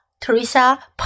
Teresa